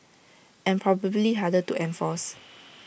and probably harder to enforce